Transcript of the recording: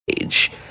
age